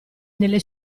nelle